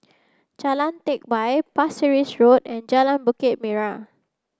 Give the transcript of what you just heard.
Jalan Teck Whye Pasir Ris Road and Jalan Bukit Merah